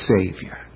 Savior